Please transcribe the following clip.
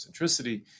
centricity